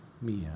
Mia